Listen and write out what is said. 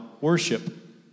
worship